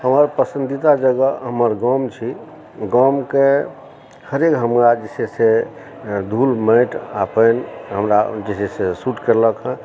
हमर पसन्दीदा जगह हमरा गाम छी गामके हरेक हमरा जे छै से धुल माटि आ पानि हमरा जे छै से सुट केलक हँ